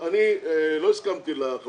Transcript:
אני מניח שבן אדם לא יקנה את הרכב